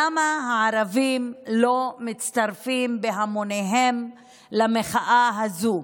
למה הערבים לא מצטרפים בהמוניהם למחאה הזו?